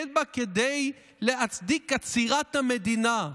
אין בה כדי להצדיק את 'עצירת המדינה'